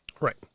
right